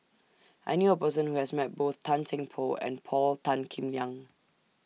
I knew A Person Who has Met Both Tan Seng Poh and Paul Tan Kim Liang